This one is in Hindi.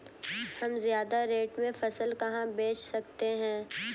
हम ज्यादा रेट में फसल कहाँ बेच सकते हैं?